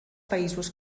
països